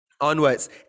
onwards